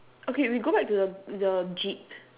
okay we go back to the the jeep